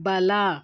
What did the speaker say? ಬಲ